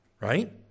right